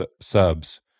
subs